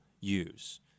use